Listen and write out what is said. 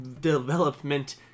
development